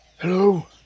Hello